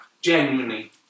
Genuinely